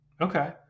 Okay